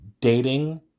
dating